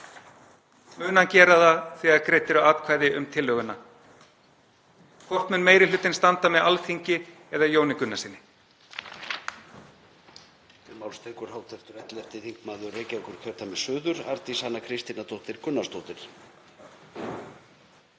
Mun hann gera það þegar greidd verða atkvæði um tillöguna? Hvort mun meiri hlutinn standa með Alþingi eða Jóni Gunnarssyni?